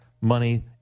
money